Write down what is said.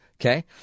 okay